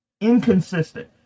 inconsistent